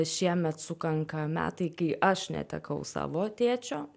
šiemet sukanka metai kai aš netekau savo tėčio